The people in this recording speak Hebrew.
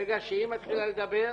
ברגע שהיא מחליטה לדבר,